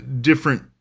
different